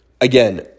Again